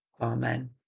Amen